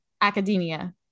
academia